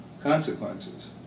consequences